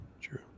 true